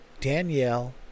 Danielle